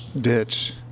Ditch